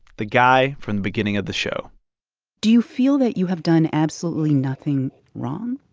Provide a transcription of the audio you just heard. the guy from the beginning of the show do you feel that you have done absolutely nothing wrong?